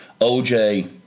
OJ